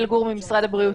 ממשרד הבריאות.